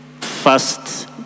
first